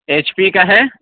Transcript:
H پی کا ہے